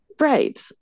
Right